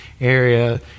area